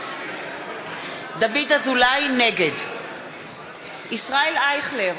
יואל חסון, זוהיר בהלול, איתן ברושי, מיכל בירן,